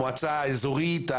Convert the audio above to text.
המועצה האזורית,